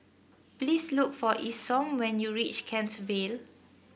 please look for Isom when you reach Kent Vale